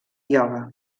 ioga